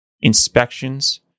inspections